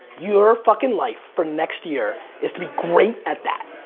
your fucking life for next year is to be great at that.